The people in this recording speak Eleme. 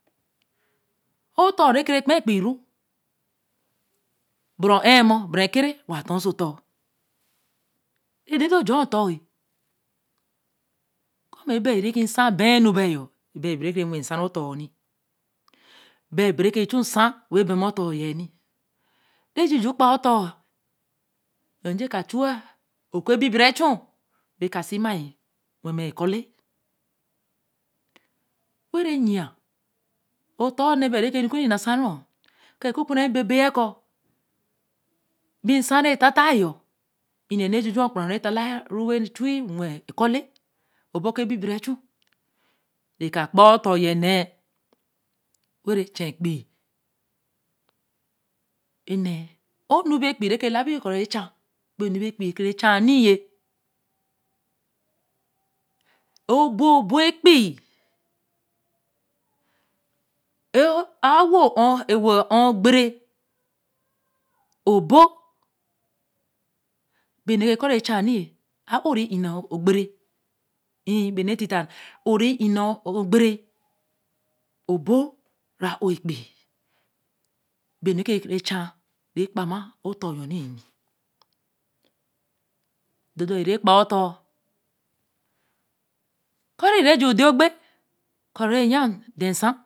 oton re ke re kpe epeii ru o bere re ō-ē mbe re ke re, re wa tor oso oton, re de de ojoor oton ko ebai re ki nsan beē nu bai yon, bai be ke chu nsan wen berma oton yēn ni re juju kpaā oton eje, ka chu wa o ku bi bira bechu even ka si maā yi yen o ttaā ne bai reke nu kur ni na san ru wa ko ku ku me e be yen ko bi nsa re tata yon, enenu re juju wa okpun re ru re hu wen ekorme obo ko bibi ra echu, re ka kpaā oton yen ne, wen re chen epeii o nu be epeii ke re la bire chen be nu ke re chen ni, obo obo epeii ē-wo wo okpere obo, be nu re ke ko re chen ni, a ō re ne o kpe ru nri be re tita a-ō re ne okpere oba ra ō epeii, be nu re kere. chen wen kpa ma oton yon ni dor dor re ra kpaā oton, ko re ra ju der okpen ko re yen ada n nsa